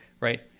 right